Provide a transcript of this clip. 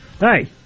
Hey